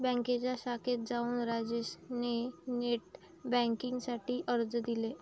बँकेच्या शाखेत जाऊन राजेश ने नेट बेन्किंग साठी अर्ज दिले